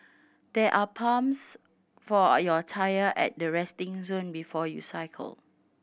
there are pumps for your tyre at the resting zone before you cycle